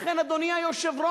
לכן, אדוני היושב-ראש,